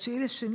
ב-9 בפברואר,